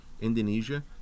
Indonesia